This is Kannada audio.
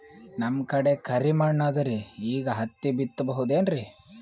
ನಮ್ ಕಡೆ ಕರಿ ಮಣ್ಣು ಅದರಿ, ಈಗ ಹತ್ತಿ ಬಿತ್ತಬಹುದು ಏನ್ರೀ?